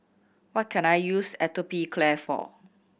what can I use Atopiclair for